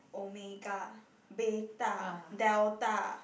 omega beta delta